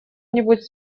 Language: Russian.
нибудь